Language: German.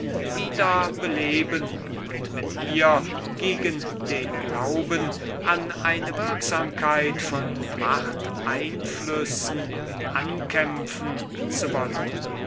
wieder beleben und mit ihr gegen den glauben an eine wirksamkeit von machteinflüssen ankämpfen zu wollen